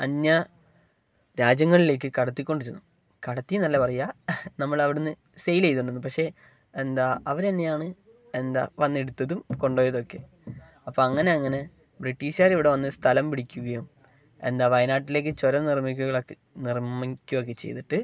അന്യ രാജ്യങ്ങളിലേക്ക് കടത്തിക്കൊണ്ടിരുന്നു കടത്തിയെന്നല്ല പറയുക നമ്മളവിടെ നിന്ന് സെയിൽ ചെയ്തു കൊണ്ടിരുന്നു പക്ഷേ എന്താ അവർ തന്നെയാണ് എന്താ വന്നെടുത്തതും കൊണ്ടു പോയതൊക്കെ അപ്പം അങ്ങനെ അങ്ങനെ ബ്രിട്ടീഷുകാരിവിടെ വന്നു സ്ഥലം പിടിക്കുകയും എന്താ വയനാട്ടിലേക്കു ചുരം നിർമ്മിക്കുകളൊക്കെ നിർമ്മിക്കുകയൊക്കെ ചെയ്തിട്ട്